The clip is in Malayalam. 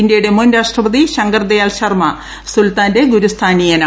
ഇന്ത്യയുടെ മുൻ രാഷ്ട്രപതി ശങ്കർ ദയാൽ ശർമ്മ സുൽത്താന്റെ ഗുരുസ്ഥാനീയനാണ്